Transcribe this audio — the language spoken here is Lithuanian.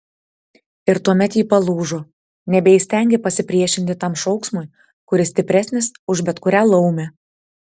ir tuomet ji palūžo nebeįstengė pasipriešinti tam šauksmui kuris stipresnis už bet kurią laumę